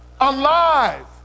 Alive